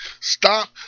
stop